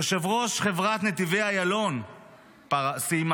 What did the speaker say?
יושבת-ראש חברת נתיבי איילון סיימה.